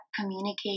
communicate